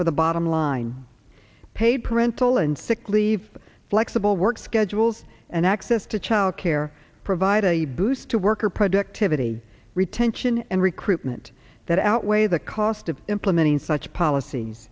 for the bottom line paid parental and sick leave flexible work schedules and access to childcare provide a boost to worker productivity retention and recruitment that outweigh the cost of implementing such policies